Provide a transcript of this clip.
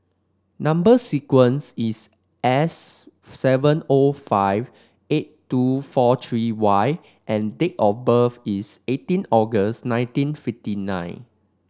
number sequence is S seven O five eight two four three Y and date of birth is eighteen August nineteen fifty nine